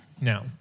now